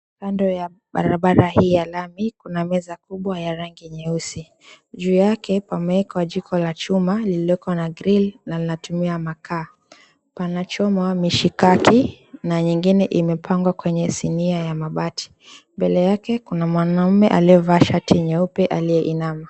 Kando ya hii barabara ya lami kunameza yenye rangi nyeusi. Juu yake pameekwa jiko la chuma ilioko na grill na linatumia makaa. Panachomwa mishikaki na nyingine inachomwa kwenye sinia ya mabati. Mbele yake kuna mwanaume aliyevaa shati nyeupe aliyeinama.